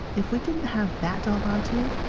if we didn't have that to hold onto,